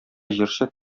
җырчы